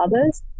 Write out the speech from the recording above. others